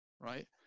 right